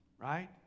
Right